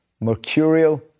mercurial